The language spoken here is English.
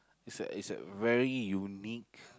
is a is a very unique